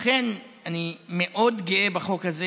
לכן אני מאוד גאה בחוק הזה.